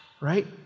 right